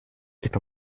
est